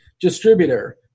distributor